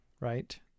Right